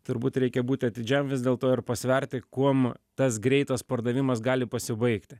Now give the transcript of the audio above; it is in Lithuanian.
turbūt reikia būti atidžiam vis dėl to ir pasverti kuom tas greitas pardavimas gali pasibaigti